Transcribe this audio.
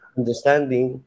understanding